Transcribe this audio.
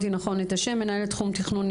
מנהלת תחום תכנון,